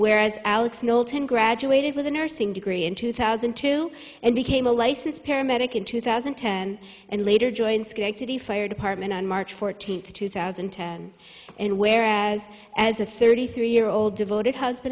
whereas alex knowlton graduated with a nursing degree in two thousand and two and became a license paramedic in two thousand and ten and later joined schenectady fire department on march fourteenth two thousand and ten and whereas as a thirty three year old devoted